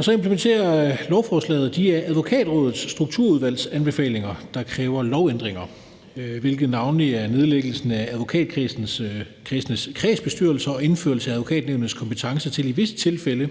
så implementerer lovforslaget de af Advokatrådets strukturudvalgs anbefalinger, der kræver lovændringer, hvilket navnlig er nedlæggelsen af advokatkredsenes kredsbestyrelser og indførelse af Advokatnævnets kompetence til i visse tilfælde